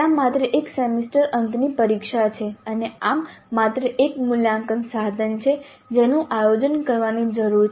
ત્યાં માત્ર એક સેમેસ્ટર અંતની પરીક્ષા છે અને આમ માત્ર એક મૂલ્યાંકન સાધન છે જેનું આયોજન કરવાની જરૂર છે